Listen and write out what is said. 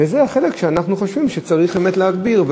וזה החלק שאנחנו חושבים שצריך באמת להגביר,